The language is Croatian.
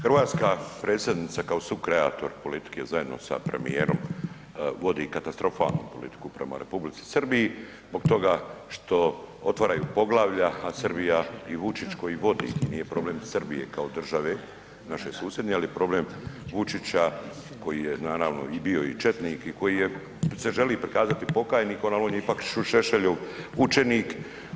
Hrvatska predsjednica kao sukreator politike zajedno sa premijerom vodi katastrofalnu politiku prema Republici Srbiji zbog toga što otvaraju poglavlja a Srbija i Vučić koji vodi i nije problem Srbije kao države, naše susjedne, ali je problem Vučića koji je naravno i bio i četnik i koji je, se želi pokazati pokajnikom ali on je ipak Šešeljov učenik.